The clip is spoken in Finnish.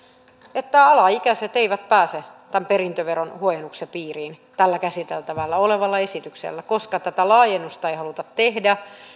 että alaikäiset eivät pääse tämän perintöveron huojennuksen piiriin tällä käsiteltävänä olevalla esityksellä koska tätä laajennusta ei haluta tehdä